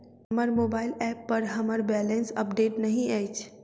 हमर mobile app पर हमर बैलेंस अपडेट नहि अछि